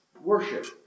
worship